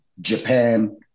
Japan